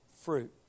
fruit